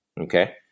Okay